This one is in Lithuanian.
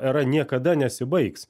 era niekada nesibaigs